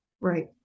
right